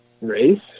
race